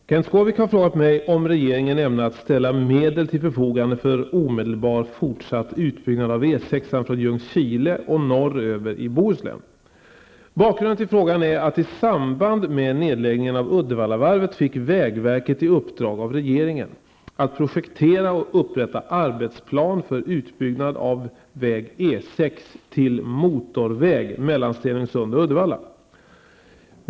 Herr talman! Kenth Skårvik har frågat mig om regeringen ämnar att ställa medel till förfogande för omedelbar fortsatt utbyggnad av E 6-an från Bakgrunden till frågan är att i samband med nedläggningen av Uddevallavarvet fick vägverket i uppdrag av regeringen att projektera och upprätta arbetsplan för utbyggnad av väg E 6 till motorväg mellan Stenungsund och Uddevalla.